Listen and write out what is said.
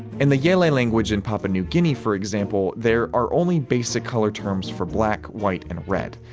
in the yele language in papua new guinea, for example, there are only basic color terms for black, white, and red.